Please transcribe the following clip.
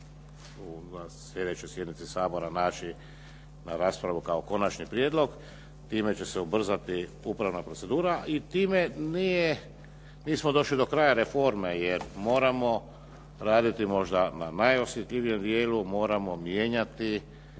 u sljedećoj sjednici Sabora naći u raspravi kao konačni prijedlog. Time će se ubrzati upravna procedura i time nije, nismo došli do kraja reforme, jer moramo raditi možda na najosjetljivijem dijelu, moramo mijenjati